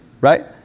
right